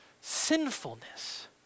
sinfulness